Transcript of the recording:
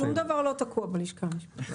שום דבר לא תקוע בלשכה המשפטית.